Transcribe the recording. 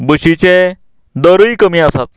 बशिचें दरय कमी आसात